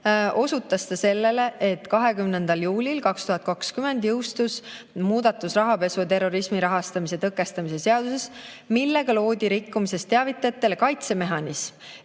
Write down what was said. osutas ta sellele, et 20. juulil 2020 jõustus muudatus rahapesu ja terrorismi rahastamise tõkestamise seaduses, millega loodi rikkumisest teavitajatele kaitsemehhanism.